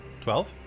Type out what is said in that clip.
Twelve